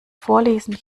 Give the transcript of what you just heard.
vorlesen